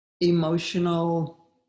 emotional